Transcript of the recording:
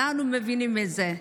אנחנו מבינים בזה.